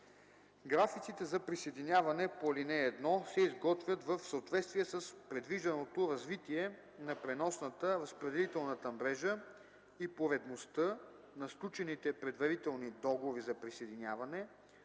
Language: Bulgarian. Графиците за присъединяване по ал. 1 се изготвят в съответствие с предвижданото развитие на преносната/разпределителната мрежа и поредността на сключените предварителни договори за присъединяване,